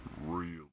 Real